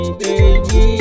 baby